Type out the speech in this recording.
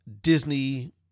Disney